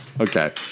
Okay